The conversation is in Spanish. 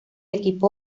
equipo